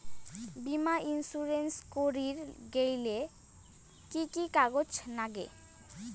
বীমা ইন্সুরেন্স করির গেইলে কি কি কাগজ নাগে?